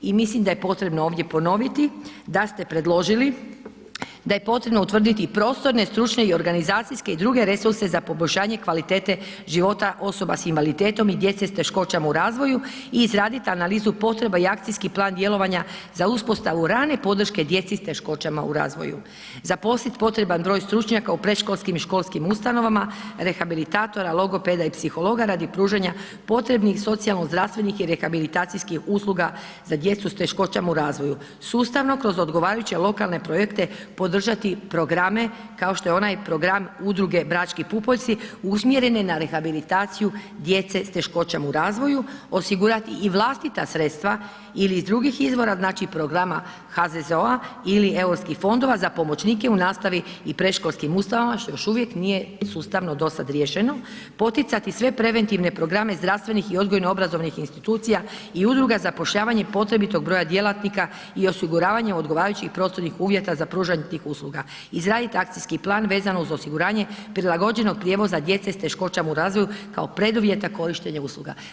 I mislim da je potrebno ovdje ponoviti da ste predložili da je potrebno utvrditi prostorne, stručne i organizacijske i druge resurse za poboljšanje kvalitete života osoba sa invaliditetom i djece s teškoćama u razvoju i izraditi analizu potreba i akcijski plan djelovanja za uspostavu rane podrške djeci s teškoćama u razvoju, zaposliti potreban broj stručnjaka u predškolskim i školskim ustanovama, rehabilitatora, logopeda i psihologa radi pružanja potrebnih socijalno-zdravstvenih i rehabilitacijskih usluga za djecu sa teškoćama u razvoju sustavno kroz odgovarajuće lokalne projekte podržati programe kao što je onaj program udruge „Brački pupoljci“ usmjerene na rehabilitaciju djece s teškoćama u razvoju, osigurati i vlastita sredstva ili iz drugih izvora, znači programa HZZO-a ili europskih fondova za pomoćnike u nastavi i predškolskim ustanovama što još uvijek nije sustavno dosad riješeno, poticati sve preventivne programe zdravstvenih i odgojno-obrazovnih institucija i udruga zapošljavanja i potrebitog broja djelatnika i osiguravanje odgovarajućih prostornih uvjeta za pružanje tih usluga, izraditi akcijski plan vezano uz osiguranje prilagođenog prijevoza djece s teškoćama u razvoju kao preduvjeta korištenja usluga.